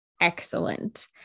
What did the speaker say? excellent